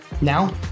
Now